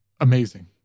amazing